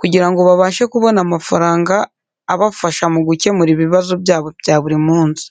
kugira ngo babashe kubona amafaranga abafasha mu gukemura ibibazo byabo bya buri munsi.